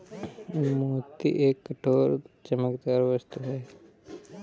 मोती एक कठोर, चमकदार वस्तु है